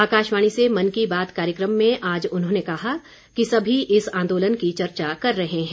आकाशवाणी से मन की बात कार्यक्रम में आज उन्होंने कहा कि सभी इस आंदोलन की चर्चा कर रहे हैं